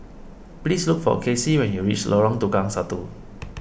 please look for Kacie when you reach Lorong Tukang Satu